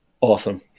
Awesome